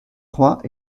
trois